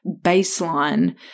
baseline